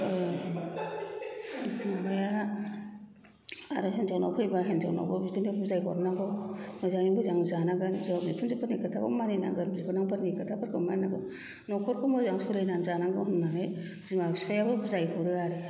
आरो हिन्जावनाव फैबा हिन्जावनावबो बिदिनो बुजाय हर नांगौ मोजाङै मोजां जानांगोन बिहाव बिखुन्जोफोरनि खोथा मानिनांगोन बिबोनांफोरनि खोथाखौ मानिनांगोन न'खरखौ मोजां सोलिना जानांगौ होन्नानै बिमा बिफायाबो बुजाय हरो आरो